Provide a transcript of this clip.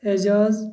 Ejaz